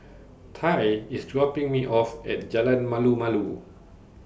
Tye IS dropping Me off At Jalan Malu Malu